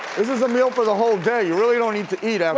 this is a meal for the whole day. you really don't need to eat um